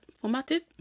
formative